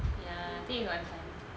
ya I think if you got time